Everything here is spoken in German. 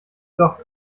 doch